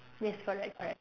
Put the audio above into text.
yes correct correct correct